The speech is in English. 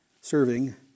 serving